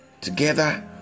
Together